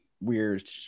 weird